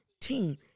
team